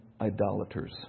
idolaters